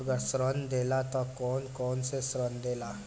अगर ऋण देला त कौन कौन से ऋण देला?